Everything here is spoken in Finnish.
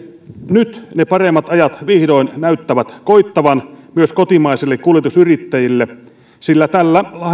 nyt ne paremmat ajat vihdoin näyttävät koittavan myös kotimaisille kuljetusyrittäjille sillä tällä